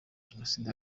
jenoside